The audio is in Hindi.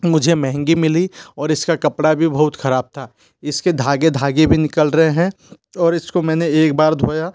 मुझे महंगी मिली और इसका कपड़ा भी बहुत ख़राब था इसके धागे धागे भी निकल रहे हैं और इसको मैंने एक बार धोया